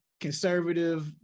conservative